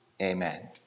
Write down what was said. Amen